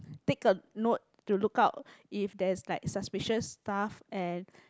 take a note to look out if there's like suspicious stuff and